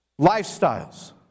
lifestyles